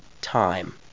time